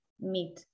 meet